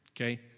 okay